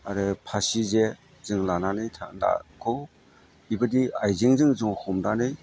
आरो फासि जे जों लानानै बेबायदि आइजेंजों ज' हमनानै